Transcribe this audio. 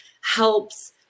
helps